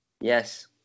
Yes